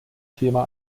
thema